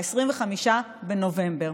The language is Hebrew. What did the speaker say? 25 בנובמבר.